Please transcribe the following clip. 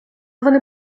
вони